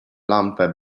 lampę